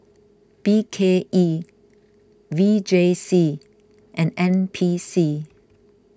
B K E V J C and N P C